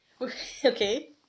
Okay